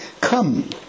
Come